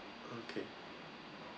okay